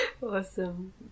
Awesome